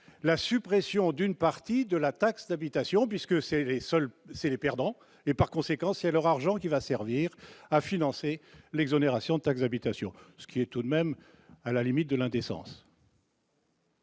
la suppression d'une partie de la taxe d'habitation, puisque c'est les soldes, c'est les perdants et par conséquent c'est leur argent qui va servir à financer l'exonération de taxe habitation, ce qui est tout de même à la limite de l'indécence.